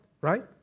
right